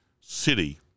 city